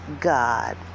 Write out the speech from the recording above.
God